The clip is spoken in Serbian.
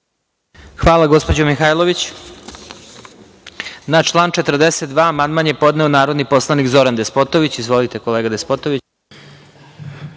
Hvala gospođo Mihajlović. Na član 42. amandman je podneo narodni poslanik Zoran Despotović. Izvolite. **Zoran Despotović**